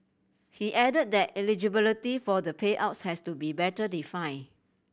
he added that eligibility for the payouts has to be better defined